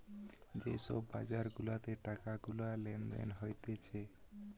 যে সব বাজার গুলাতে টাকা গুলা লেনদেন হতিছে